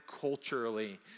culturally